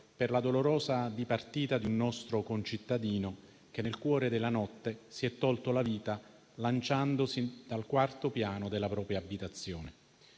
per la dolorosa dipartita di un nostro concittadino che nel cuore della notte si è tolto la vita lanciandosi dal quarto piano della propria abitazione.